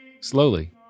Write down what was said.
Slowly